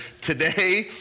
today